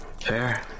Fair